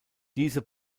diese